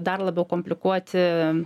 dar labiau komplikuoti